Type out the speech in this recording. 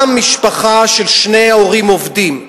גם משפחה של שני הורים עובדים,